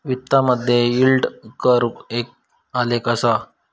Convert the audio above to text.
वित्तामधे yield curve एक आलेख असा